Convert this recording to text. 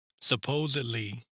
supposedly